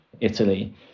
Italy